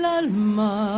alma